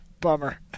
bummer